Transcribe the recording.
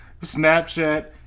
Snapchat